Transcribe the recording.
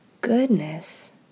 goodness